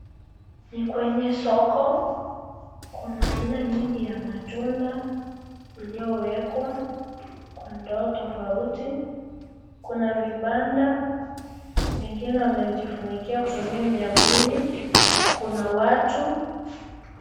Ni kwenye soko kuna aina mingi ya matunda iliyowekwa kwa ndoo tofauti. Kuna vibanda wengine wamejifunikia kutumia miavuli. Kuna watu